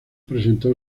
presentó